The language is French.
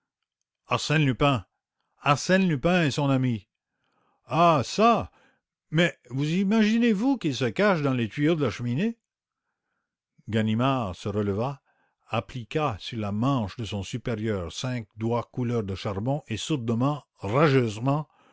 arsène lupin arsène lupin et son amie ah ça mais vous imaginez-vous qu'ils se cachent dans les tuyaux de la cheminée ganimard se releva appliqua sur la manche de son supérieur cinq doigts couleur de charbon et sourdement rageusement